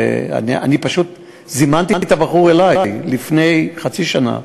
אני פשוט זימנתי את הבחור אלי לפני חצי שנה,